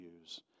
use